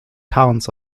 towns